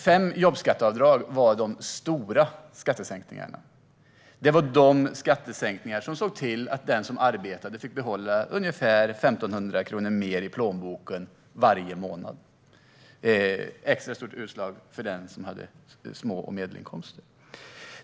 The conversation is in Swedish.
De stora skattesänkningarna var fem jobbskatteavdrag. Det var de skattesänkningarna som såg till att den som arbetade fick behålla ungefär 1 500 kronor mer i plånboken varje månad. Utslaget blev extra stort för dem som hade små inkomster och medelinkomster.